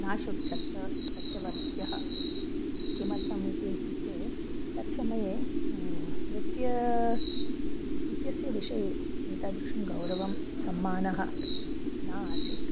न शुक्यं शक्तः शक्तवती किमर्थम् इति इत्युक्ते तत्समये नृत्यं नृत्यस्य विषये एतादृशं गौरवं सम्मानः न आसीत्